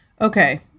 Okay